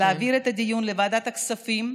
להעביר את הדיון לוועדת הכספים,